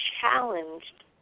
challenged